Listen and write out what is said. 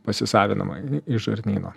pasisavinama iš žarnyno